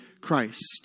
Christ